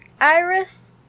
Iris